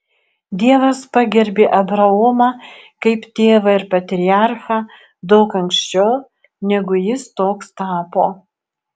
dievas pagerbė abraomą kaip tėvą ir patriarchą daug anksčiau negu jis toks tapo